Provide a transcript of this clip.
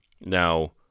Now